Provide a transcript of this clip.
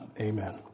Amen